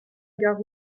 gare